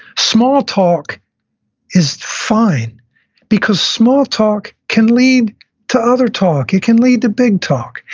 small talk is fine because small talk can lead to other talk. it can lead to big talk.